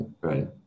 Right